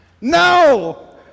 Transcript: No